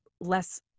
less